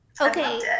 Okay